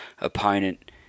opponent